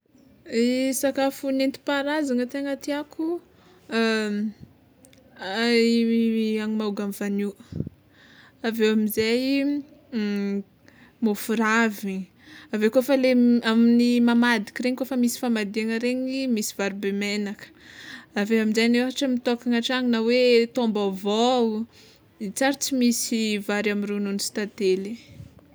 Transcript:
Sakafo nentim-paharazana tegna tiàko i hanimahogo amy vanio, aveo amizay môfo ravigny aveo koa fa le amin'ny mamadiky regny kôfa misy famadihana regny misy vary be menaka, aveo aminjegny ôhatra mitôkana tragno na hoe taom-baovao tsy ary tsy misy vary amy ronono sy tantely.